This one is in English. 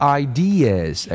ideas